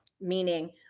meaning